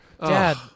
Dad